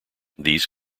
these